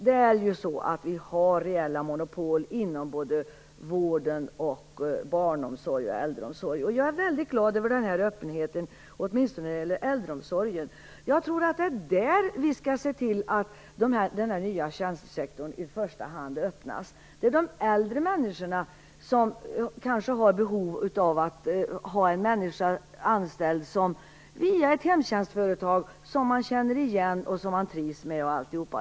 Vi har reella monopol inom vården, barnomsorg och äldreomsorg. Jag är väldigt glad över den här öppenheten, åtminstone när det gäller äldreomsorgen. Jag tror att det är där vi skall se till att den nya tjänstesektorn i första hand öppnas. Det är de äldre människorna som kanske har behov av att ha en människa anställd via ett hemtjänstföretag som man känner igen och som man trivs med.